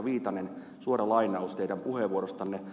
viitanen suora lainaus teidän puheenvuorostanne